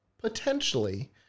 potentially